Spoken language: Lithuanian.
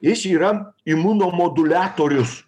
jis yra imunomoduliatorius